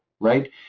Right